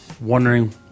wondering